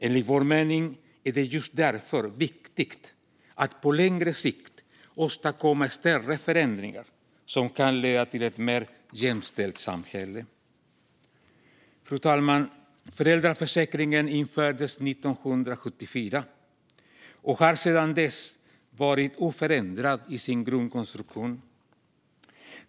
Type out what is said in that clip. Enligt vår mening är det just därför viktigt att på längre sikt åstadkomma större förändringar som kan leda till ett mer jämställt samhälle. Fru talman! Föräldraförsäkringen infördes 1974 och har sedan dess varit oförändrad i sin grundkonstruktion.